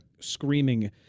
screaming